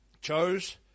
chose